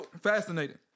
Fascinating